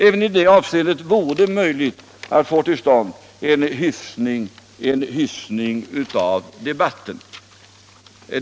Även i det avseendet vore det möjligt att få till stånd en hyfsning av debatten.